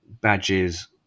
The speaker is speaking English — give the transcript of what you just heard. badges